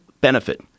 benefit